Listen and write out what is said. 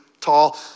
tall